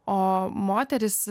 o moterys